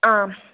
आम्